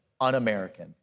un-American